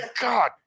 God